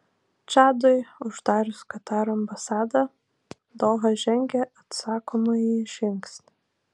čadui uždarius kataro ambasadą doha žengė atsakomąjį žingsnį